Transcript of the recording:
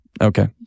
Okay